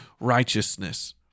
righteousness